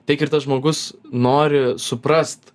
tiek ir tas žmogus nori suprast